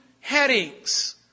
headings